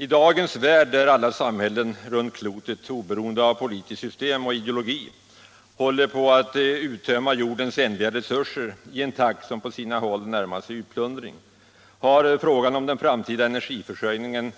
I dagens värld där alla samhällen runt klotet, oberoende av politiskt system och ideologi, håller på att uttömma jordens ändliga resurser i en takt som på sina håll närmar sig utplundring har frågan om den framtida energiförsörjningen